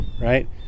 right